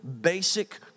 basic